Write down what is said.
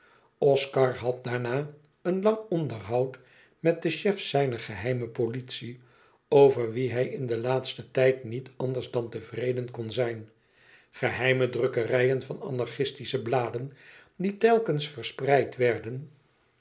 oscar had daarna een lang onderhoud met den chef zijner geheime politie over wien hij in den laatsten tijd niet anders dan tevreden kon zijn geheime drukkerijen van anarchistische bladen die telkens verspreid werden